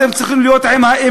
אתם צריכים להיות עם האמת.